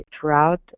throughout